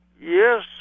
yes